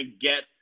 get